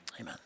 Amen